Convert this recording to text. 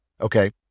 Okay